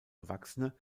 erwachsene